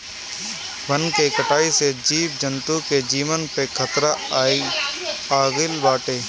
वन के कटाई से जीव जंतु के जीवन पे खतरा आगईल बाटे